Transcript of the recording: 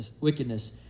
wickedness